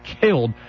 killed